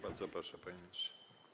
Bardzo proszę, panie ministrze.